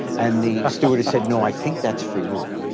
and the stewardess said, no, i think that's for you.